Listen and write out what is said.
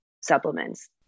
supplements